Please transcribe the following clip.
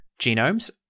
genomes